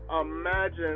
imagine